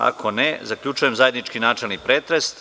Ako ne, zaključujem zajednički načelni pretres.